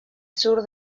sur